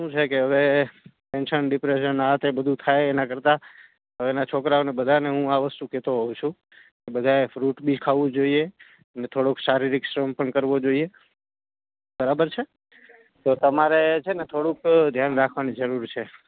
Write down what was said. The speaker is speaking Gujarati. શું છે કે હવે ટેન્શન ડીપ્રેશન આ તે બધું થાય એના કરતાં હવેનાં છોકરાને બધાને હું આ વસ્તુ કહેતો હોઉં છું બધાએ ફ્રૂટ બી ખાવું જોઈએ અને થોડુંક શારીરિક શ્રમ પણ કરવો જોઈએ બરાબર છે તો તમારે છે ને થોડુંક ધ્યાન રાખવાની જરૂર છે